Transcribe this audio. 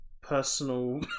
personal